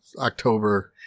October